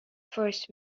first